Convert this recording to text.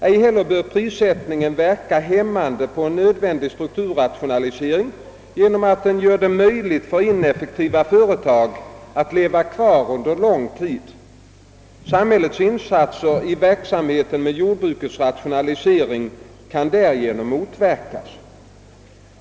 Ej heller bör prissättningen verka hämmande på en nödvändig strukturrationalisering genom att göra det möjligt för ineffektiva företag att leva kvar under lång tid. Samhällets insatser i verksamheten med jordbrukets rationalisering kan därigenom motverkas.